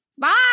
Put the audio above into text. Bye